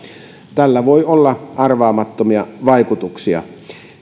tällä voi olla arvaamattomia vaikutuksia